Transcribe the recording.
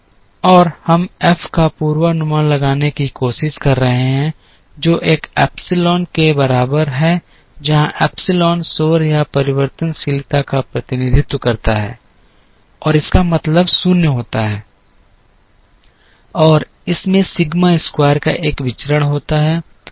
और हम एफ का पूर्वानुमान लगाने की कोशिश कर रहे हैं जो एक एप्सिलॉन के बराबर है जहां एप्सिलॉन शोर या परिवर्तनशीलता का प्रतिनिधित्व करता है और इसका मतलब 0 होता है और इसमें सिग्मा स्क्वायर का एक विचरण होता है